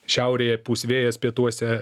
šiaurėje pūs vėjas pietuose